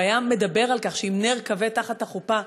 הוא היה מדבר על כך שאם נר כבה תחת החופה